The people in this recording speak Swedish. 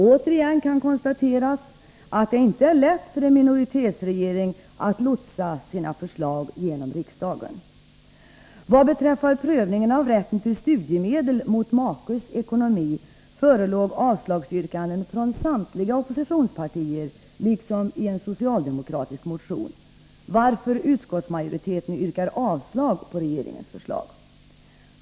Återigen kan konstateras att det inte är lätt för en minoritetsregering att lotsa sina förslag genom riksdagen. Vad beträffar prövningen av rätten till studiemedel mot makes ekonomi, förelåg avslagsyrkanden från samtliga oppositionspartier liksom i en socialdemokratisk motion, varför utskottsmajoriteten yrkar avslag på regeringens förslag.